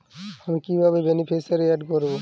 আমি কিভাবে beneficiary add করব?